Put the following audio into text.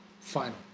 final